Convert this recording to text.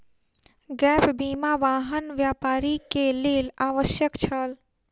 gap बीमा, वाहन व्यापारी के लेल आवश्यक छल